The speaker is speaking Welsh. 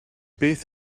beth